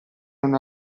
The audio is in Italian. non